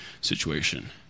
situation